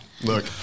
look